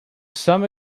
some